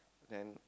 then